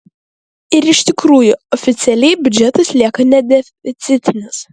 iš tikrųjų oficialiai biudžetas lieka nedeficitinis